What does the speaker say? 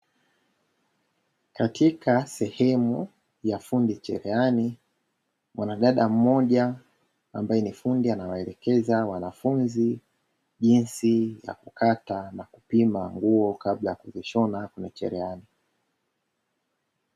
Katika sehemu ya fundi cherehani kuna dada mmoja ambaye anawaelekeza jinsi ya kukata na kupima nguo kabla ya kushona kwenye cherehani.